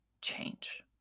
change